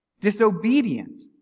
disobedient